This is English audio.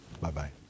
Bye-bye